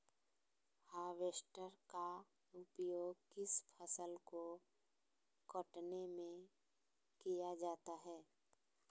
Harvester का उपयोग किस फसल को कटने में किया जाता है?